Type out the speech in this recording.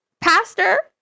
Pastor